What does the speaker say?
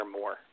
more